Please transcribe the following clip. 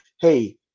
hey